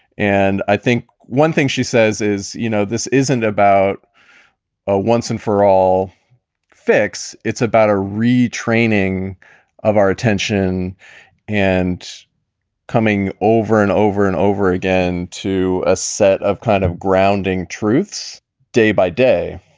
and i think one thing she says is, you know, this isn't about ah once and for all fix. it's about a retraining of our attention and coming over and over and over again to a set of kind of grounding truths day by day,